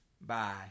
Bye